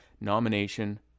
nomination